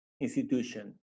institution